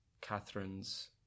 Catherine's